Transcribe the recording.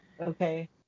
Okay